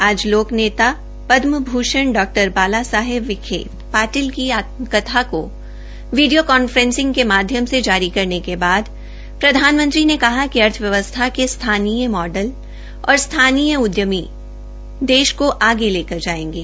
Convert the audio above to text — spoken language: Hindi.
आज लोक नेता दमभ़षण डॉ बालासाहेब बिखे ाटिल की आत्मकथा को वीडियो कांफ्रेंसिंग के माध्य से जारी करने के बाद प्रधानमंत्री ने कहा कि अर्थव्यवस्था के स्थानीय मॉडल और स्थानीय उद्यमी देश को आगे लेकर जायेंगे